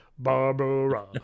Barbara